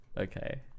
Okay